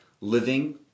living